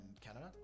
Canada